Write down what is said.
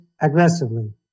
aggressively